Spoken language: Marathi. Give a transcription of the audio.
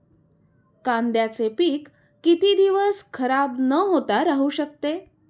कांद्याचे पीक किती दिवस खराब न होता राहू शकते?